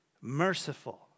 merciful